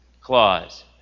clause